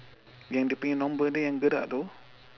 yang dia punya nombor dia yang gerak itu